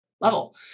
level